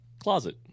closet